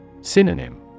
Synonym